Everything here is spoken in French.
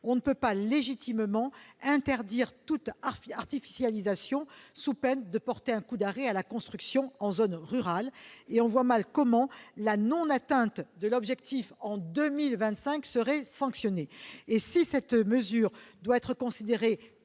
on ne peut pas légitimement interdire toute artificialisation, sous peine de porter un coup d'arrêt à la construction en zone rurale, et on voit mal comment la non-atteinte de l'objectif en 2025 serait sanctionnée. Et si cette mesure doit être considérée